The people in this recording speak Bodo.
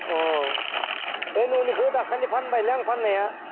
अ बे न'निखौ दाखालि फानबायलै आं फाननाया